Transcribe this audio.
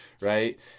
right